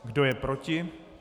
Kdo je proti?